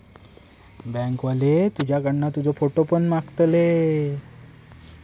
bank वाले तुझ्याकडना तुजो फोटो पण मागतले